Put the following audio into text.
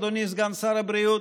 אדוני סגן שר הבריאות,